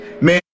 Man